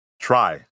Try